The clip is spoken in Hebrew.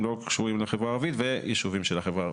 לא קשורים לחברה העברית וישובים של החברה הערבית,